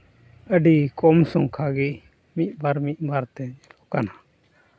ᱟᱹᱰᱤ ᱠᱚᱢ ᱥᱚᱝᱠᱷᱟ ᱜᱮ ᱢᱤᱫᱵᱟᱨ ᱢᱤᱫᱵᱟᱨ ᱛᱮ ᱧᱮᱞᱚᱜ ᱠᱟᱱᱟ ᱟᱨ